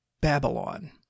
Babylon